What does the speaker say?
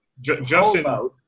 Justin-